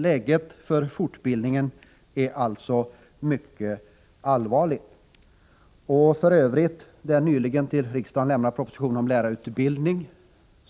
Läget för fortbildningen är alltså mycket allvarligt. Den nyligen till riksdagen lämnade propositionen om lärarutbildning,